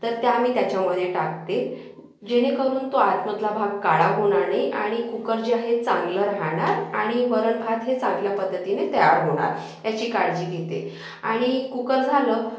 तर मी त्याच्यामध्ये टाकते जेणेकरून तो आतमधला भाग काळा होणार नाही आणि कुकर जे आहे चांगला राहणार आणि वरणभात हे चांगल्या पद्धतीने तयार होणार याची काळजी घेते आणि कुकर झालं